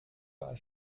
bei